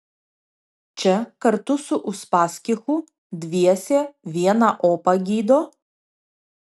čia kartu su uspaskichu dviese vieną opą gydo